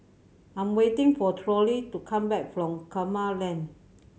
I'm waiting for Torey to come back from Kramat Lane